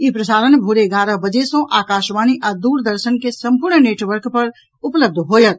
ई प्रसारण भोरे एगारह बजे सँ आकाशवाणी आ दूरदर्शन के सम्पूर्ण नेटवर्क पर उपलब्ध होयत